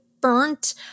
burnt